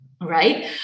Right